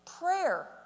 Prayer